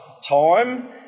time